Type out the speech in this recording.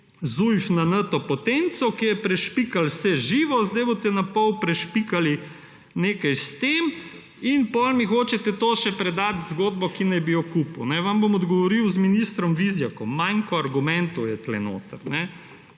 Zujf na n-potenco, ki je prešpikalo vse živo, zdaj pa boste napol prešpikali nekaj s tem in potem mi hočete to še prodati zgodbo, ki naj bi jo kupil. Vam bom odgovoril z ministrom Vizjakom: »Manko argumentov je tukaj notri.«